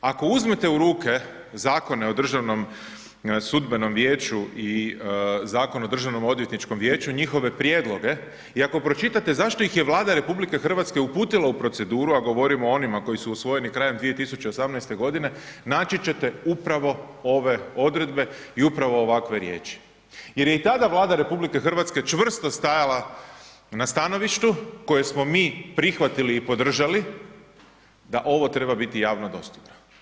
Ako uzmete u ruke Zakona o Državnom sudbenom vijeću i Zakon o Državnoodvjetničkom vijeću i njihove prijedloge i ako pročitate zašto ih je Vlada RH uputila u proceduru, a govorimo o onima koji su usvojeni krajem 2018. g. naći ćete upravo ove odredbe i upravo ovakve riječi jer je i tada Vlada RH čvrsto stajala na stanovištu koje smo mi prihvatili i podržali da ovo treba biti javno dostupno.